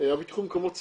--- מקומות ציבוריים.